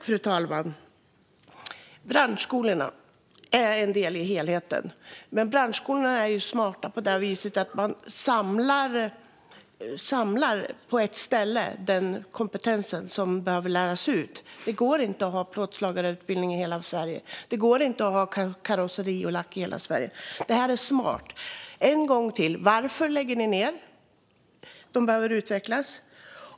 Fru talman! Branschskolorna är en del av helheten, och branschskolorna är smarta på det viset att de samlar den kompetens som behöver läras ut på ett ställe. Det går inte att ha plåtslagarutbildning i hela Sverige. Det går inte att ha karosseri och lackeringsutbildning i hela Sverige. Det här är smart. En gång till: Varför lägger ni ned branschskolorna? De behöver utvecklas.